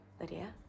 Lydia